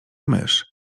mysz